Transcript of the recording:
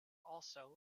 also